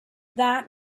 that